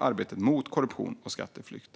arbetet mot korruption och skatteflykt.